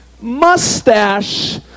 mustache